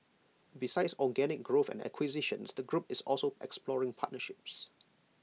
besides organic growth and acquisitions the group is also exploring partnerships